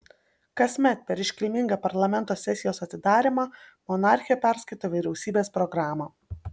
kasmet per iškilmingą parlamento sesijos atidarymą monarchė perskaito vyriausybės programą